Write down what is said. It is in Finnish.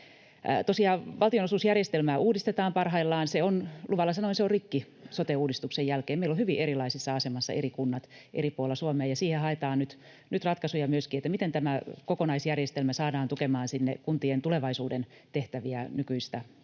Tosiaan valtionosuusjärjestelmää uudistetaan parhaillaan. Se on luvalla sanoen rikki sote-uudistuksen jälkeen. Meillä ovat hyvin erilaisessa asemassa eri kunnat eri puolilla Suomea, ja nyt haetaan ratkaisuja myöskin siihen, miten tämä kokonaisjärjestelmä saadaan tukemaan kuntien tulevaisuuden tehtäviä nykyistä